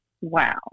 wow